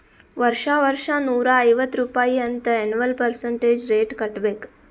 ವರ್ಷಾ ವರ್ಷಾ ನೂರಾ ಐವತ್ತ್ ರುಪಾಯಿ ಅಂತ್ ಎನ್ವಲ್ ಪರ್ಸಂಟೇಜ್ ರೇಟ್ ಕಟ್ಟಬೇಕ್